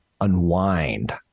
unwind